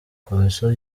komisiyo